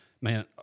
man